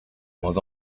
moins